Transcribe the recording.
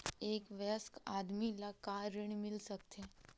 एक वयस्क आदमी ला का ऋण मिल सकथे?